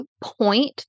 point